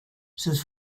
sus